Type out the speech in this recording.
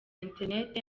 interineti